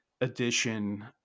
edition